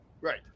Right